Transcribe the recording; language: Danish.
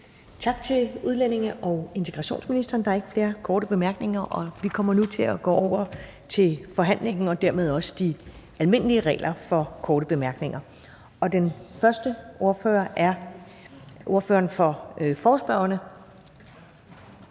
Tak til udlændinge- og integrationsministeren. Der er ikke flere korte bemærkninger. Og vi går nu over til forhandlingen og dermed også de almindelige regler for korte bemærkninger. Den første ordfører er ordføreren for forespørgerne,